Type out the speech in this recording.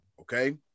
Okay